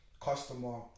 customer